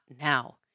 now